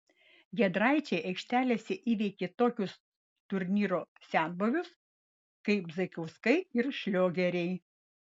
giedraičiai aikštelėje įveikė tokius turnyro senbuvius kaip zaikauskai ir šliogeriai